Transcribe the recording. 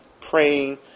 praying